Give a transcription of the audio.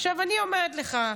עכשיו, אני אומרת לך,